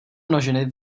množiny